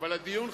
אבל הדיון,